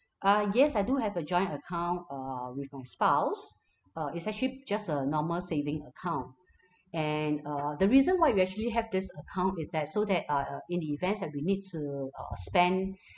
uh yes I do have a joint account err with my spouse uh it's actually just a normal saving account and uh the reason why we actually have this account is that so that uh in the events and we need to uh spend